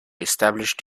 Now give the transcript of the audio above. established